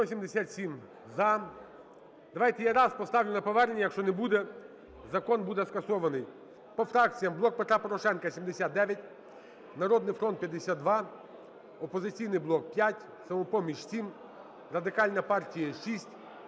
За-177 Давайте я раз поставлю на повернення, якщо не буде, закон буде скасований. По фракціях: "Блок Петра Порошенка" – 79, "Народний фронт" – 52, "Опозиційний блок" – 5, "Самопоміч" – 7, Радикальна партія –